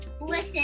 listen